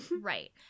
Right